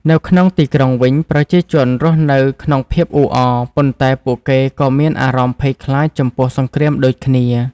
នៅក្នុងទីក្រុងវិញ ប្រជាជនរស់នៅក្នុងភាពអ៊ូអរ ប៉ុន្តែពួកគេក៏មានអារម្មណ៍ភ័យខ្លាចចំពោះសង្គ្រាមដូចគ្នា។